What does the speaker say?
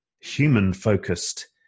human-focused